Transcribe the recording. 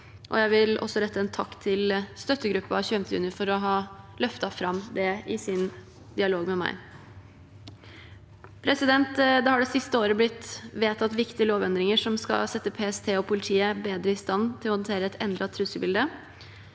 Jeg vil også rette en takk til Støttegruppa 25. juni for å ha løftet fram dette i sin dialog med meg. Det har det siste året blitt vedtatt viktige lovendringer som skal sette PST og politiet bedre i stand til å håndtere et endret trusselbilde.